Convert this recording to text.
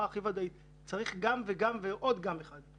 הכי ודאית שצריך גם וגם ועוד "גם" אחד.